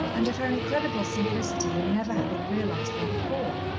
and of her incredible simplicity in never having realized them before,